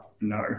No